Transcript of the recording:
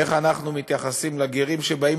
איך אנחנו מתייחסים לגרים שבאים